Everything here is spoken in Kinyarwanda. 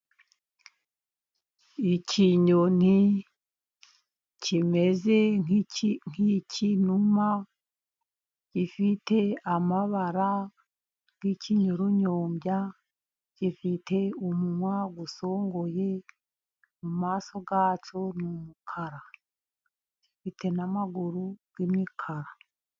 Ikinyoni kimeze nk'ikinuma, gifite amabara y'ikinyoronyombya, gifite umunwa usongoye, amaso yacyo ni umukara, gifite n'amaguru y'imikara.